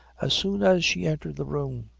as soon as she entered the room.